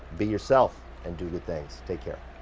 be yourself and do good things. take care.